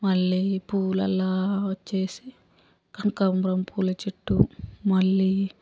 మళ్ళీ పూలల్లో వచ్చేసి కనకాంబరం పూల చెట్టు మల్లి